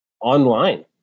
online